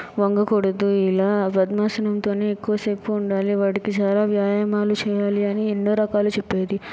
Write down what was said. వంగకూడదు ఇలా పద్మాసనంతోనే ఎక్కువసేపు ఉండాలి వాటికి చాలా వ్యాయామాలు చేయాలి అని ఎన్నో రకాలు చెప్పేది